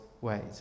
ways